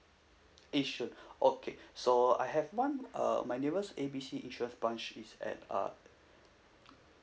yishun okay so I have one uh my neighbours A B C insurance branch is at uh